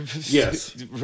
Yes